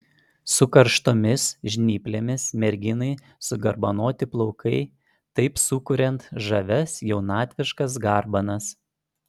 su karštomis žnyplėmis merginai sugarbanoti plaukai taip sukuriant žavias jaunatviškas garbanas